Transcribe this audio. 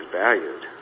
valued